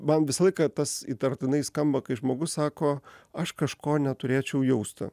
man visą laiką tas įtartinai skamba kai žmogus sako aš kažko neturėčiau jausti